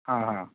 ହଁ ହଁ